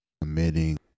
committing